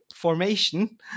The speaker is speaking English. Formation